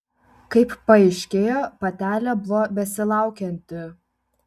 kaip paaiškėjo patelė buvo besilaukianti